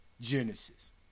Genesis